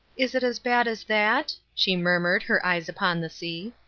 is it as bad as that? she murmured, her eyes upon the sea.